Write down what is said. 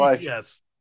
yes